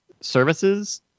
services